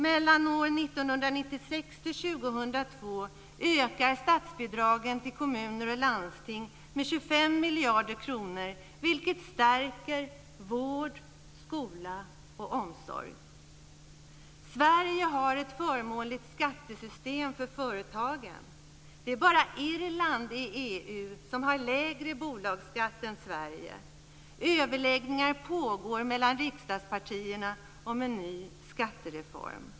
Mellan år 1996 och 2002 ökar statsbidragen till kommuner och landsting med 25 miljarder kronor, vilket stärker vård, skola och omsorg. Sverige har ett förmånligt skattesystem för företagen. Det är bara Irland i EU som har lägre bolagsskatt än Sverige. Överläggningar pågår mellan riksdagspartierna om en ny skattereform.